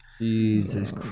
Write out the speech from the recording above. Jesus